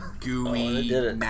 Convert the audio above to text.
gooey